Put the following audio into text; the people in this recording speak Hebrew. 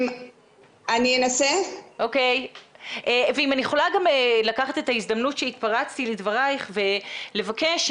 אם אני יכולה גם לקחת את ההזדמנות שהתפרצתי לדברייך ולבקש,